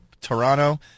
Toronto